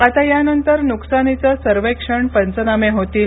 आता यानंतर न्कसानीचं सर्वेक्षण पंचनामे होतील